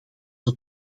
het